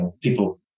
people